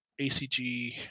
acg